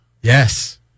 Yes